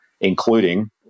including